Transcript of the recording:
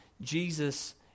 Jesus